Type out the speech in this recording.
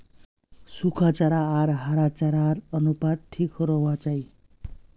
सुखा चारा आर हरा चारार अनुपात ठीक रोह्वा चाहि